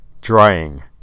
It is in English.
Drying